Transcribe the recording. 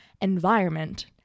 environment